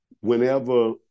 whenever